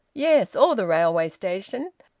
yes, or the railway station.